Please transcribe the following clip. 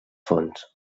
fonts